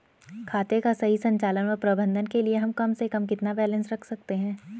खाते का सही संचालन व प्रबंधन के लिए हम कम से कम कितना बैलेंस रख सकते हैं?